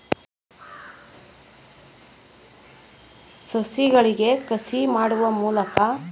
ಸಸಿಗಳಿಗೆ ಕಸಿ ಮಾಡುವ ಮೂಲಕ ಹೊಸಬಗೆಯ ಸಸ್ಯಗಳನ್ನು ಹುಟ್ಟುಹಾಕಬೋದು